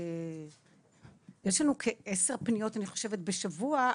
יש לנו כעשר פניות בשבוע,